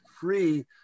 free